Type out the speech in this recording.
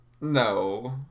No